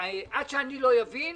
עד שאני לא אבין,